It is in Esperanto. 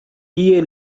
tie